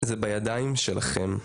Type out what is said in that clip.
זה בידיים שלכם.